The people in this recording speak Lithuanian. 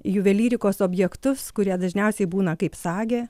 juvelyrikos objektus kurie dažniausiai būna kaip sagė